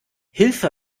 hilfe